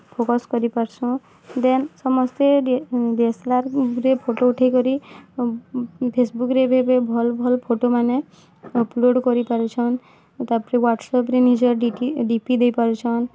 focus କରିପାର୍ସୁଁ then ସମସ୍ତେ ଡିଏସ୍ଏଲ୍ଆର୍ରେ ଫଟୋ ଉଠେଇକରି ଫେସ୍ବୁକ୍ରେ ଏବେ ଏବେ ଭଲ୍ ଭଲ୍ ଫଟୋମାନେ ଅପ୍ଲୋଡ଼୍ କରିପାରୁଛନ୍ ଆଉ ତା' ପରେ ହ୍ୱାଟ୍ସଆପ୍ରେ ନିଜର୍ ଡି ଟି ଡି ପି ଦେଇପାରୁଛନ୍